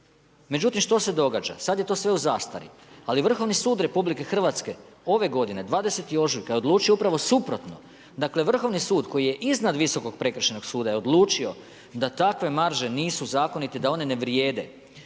Međutim, što se događa? Sad je to sve u zastari ali Vrhovni sud RH ove godine 20. ožujka je odlučio upravo suprotno, dakle Vrhovni sud koji je iznad Visokog prekršajnog suda je odlučio da takve marže nisu zakonite i da one ne vrijede.